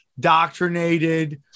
doctrinated